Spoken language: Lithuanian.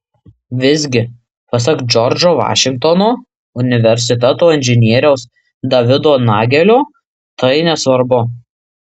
visgi pasak džordžo vašingtono universiteto inžinieriaus davido nagelio tai nesvarbu